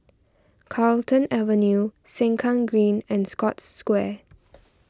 Carlton Avenue Sengkang Green and Scotts Square